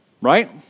right